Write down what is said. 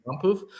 proof